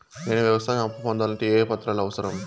నేను వ్యవసాయం అప్పు పొందాలంటే ఏ ఏ పత్రాలు అవసరం?